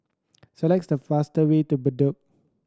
selects the fast way to Bedok